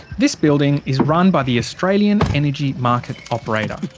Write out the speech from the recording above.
this building is run by the australian energy market operator,